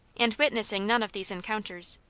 and witnessing none of these encounters,